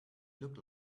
look